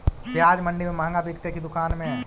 प्याज मंडि में मँहगा बिकते कि दुकान में?